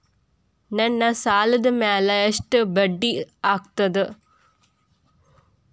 ನನ್ನ ಸಾಲದ್ ಮ್ಯಾಲೆ ಎಷ್ಟ ಬಡ್ಡಿ ಆಗ್ತದ?